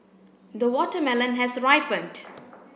the watermelon has ripened